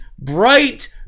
bright